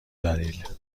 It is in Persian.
دلیل